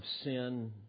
sin